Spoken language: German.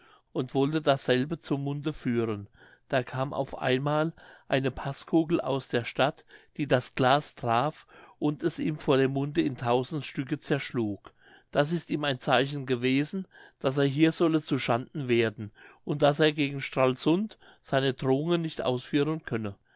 und wollte dasselbe zum munde führen da kam auf einmal eine paßkugel aus der stadt die das glas traf und es ihm vor dem munde in tausend stücke zerschlug das ist ihm ein zeichen gewesen daß er hier solle zu schanden werden und daß er gegen stralsund seine drohungen nicht ausführen könne